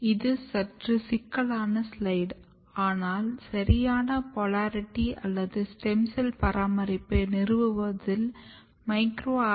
இது சற்று சிக்கலான ஸ்லைடு ஆனால் சரியான போலாரிட்டி அல்லது ஸ்டெம் செல் பராமரிப்பை நிறுவுவதில் மைக்ரோ ஆர்